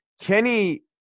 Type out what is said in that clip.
Kenny